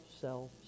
self